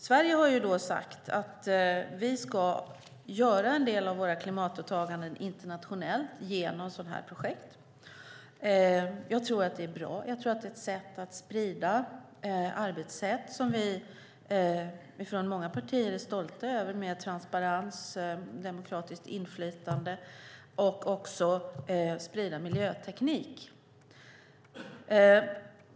Sverige har sagt att vi ska göra en del av våra klimatåtaganden internationellt genom sådana här projekt. Jag tror att det är bra och ett sätt att sprida arbetssätt som vi från många partier är stolta över med transparens och demokratiskt inflytande. Det är också en möjlighet att sprida miljöteknik.